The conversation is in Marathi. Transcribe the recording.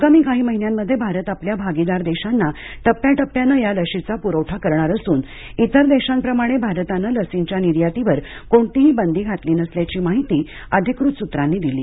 आगामी काही महिन्यांमध्ये भारत आपल्या भागीदार देशाना टप्प्याटप्प्याने या लशीचा पुरवठा करणार असून तिर देशांप्रमाणे भारतानं लसींच्या निर्यातीवर कोणतीही बंदी घातली नसल्याची माहिती अधिकृत सूत्रांनी दिली